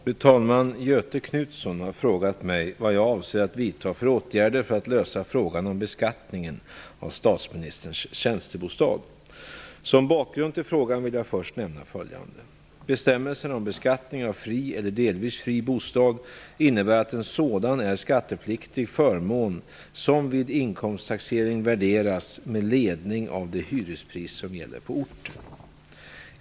Fru talman! Göthe Knutson har frågat mig vad jag avser att vidta för åtgärder för att lösa frågan om beskattningen av statsministerns tjänstebostad. Som bakgrund till frågan vill jag först nämna följande. Bestämmelserna om beskattning av fri eller delvis fri bostad innebär att en sådan är en skattepliktig förmån som vid inkomsttaxeringen värderas med ledning av det hyrespris som gäller på orten.